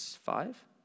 five